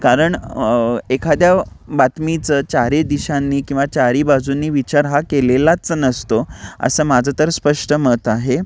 कारण एखाद्या बातमीचं चारही दिशांनी किंवा चारही बाजूंनी विचार हा केलेलाच नसतो असं माझं तर स्पष्ट मत आहे